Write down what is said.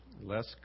Less